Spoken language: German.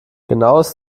genaues